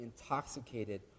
intoxicated